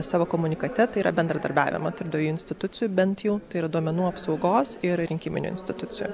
savo komunikate tai yra bendradarbiavimą tarp dviejų institucijų bent jau tai yra duomenų apsaugos ir rinkiminių institucijų